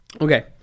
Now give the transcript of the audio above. Okay